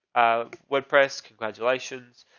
a wordpress, congratulations,